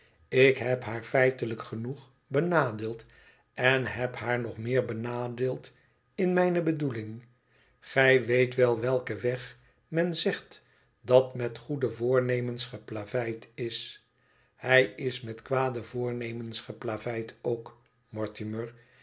ik heb haar feitelijk genoeg benadeeld en heb haar nog meer benadeeld in mijne bedoeling gij weet wel welke weg men zegt dat met goede voornemens geplaveid is hij is met kwade voornemens geplaveid ook mortimer